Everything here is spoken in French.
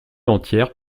entière